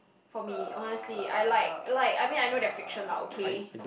for me honestly I like like I mean I know they are fiction lah okay